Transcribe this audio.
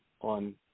on